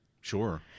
Sure